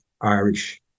Irish